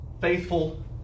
faithful